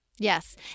Yes